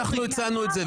אנחנו הצענו את זה.